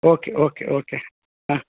okay okay okay ಹಾಂ